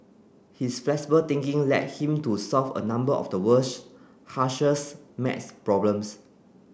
his flexible thinking led him to solve a number of the world's maths problems